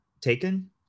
taken